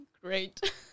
great